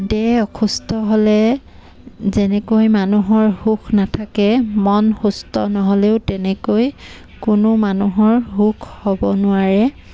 দেহ অসুস্থ হ'লে যেনেকৈ মানুহৰ সুখ নাথাকে মন সুস্থ নহ'লেও তেনেকৈ কোনো মানুহৰ সুখ হ'ব নোৱাৰে